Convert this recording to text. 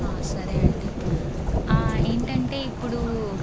సరే అండీ ఏంటంటే ఇప్పుడూ